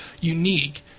unique